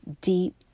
deep